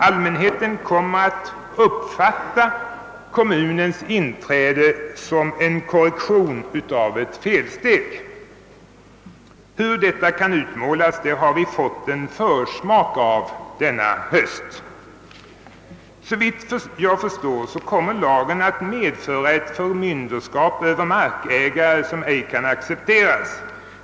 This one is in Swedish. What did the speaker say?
Allmänheten kommer att uppfatta kommunens inträde som en korrektion av ett felsteg. Hur detta kan utmålas har vi fått en försmak av denna höst. Såvitt jag förstår kommer lagen att medföra ett förmynderskap över markägare som ej kan accepteras.